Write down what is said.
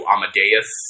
Amadeus